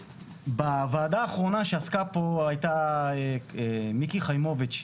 בוועדה האחרונה שעסקה פה בנושא הייתה מיקי חיימוביץ'